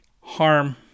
harm